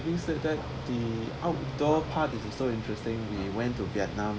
he said that the outdoor part is also interesting we went to vietnam